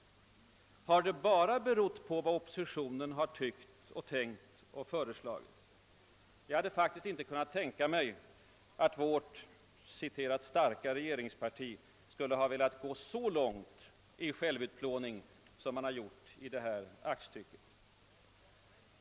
Har det bara berott på vad oppositionen har tyckt och tänkt och föreslagit? Jag hade faktiskt inte kunnat tänka mig att vårt »starka» regeringsparti skulle ha velat gå så långt i självutplåning som man har gjort i detta aktstycke.